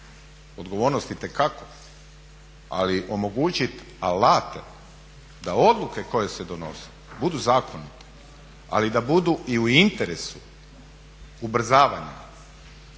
Odgovornost itekako, ali omogućit alate da odluke koje se donose budu zakonite, ali da budu i u interesu ubrzavanja